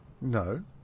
No